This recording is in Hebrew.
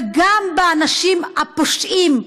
וגם האנשים הפושעים,